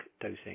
dosing